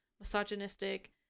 misogynistic